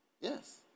Yes